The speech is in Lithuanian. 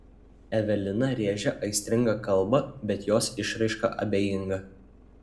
evelina rėžia aistringą kalbą bet jos išraiška abejinga